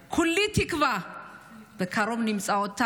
כולי תקווה שבקרוב נמצא אותה,